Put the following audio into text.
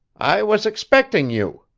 i was expecting you,